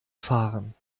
fahren